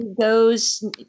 goes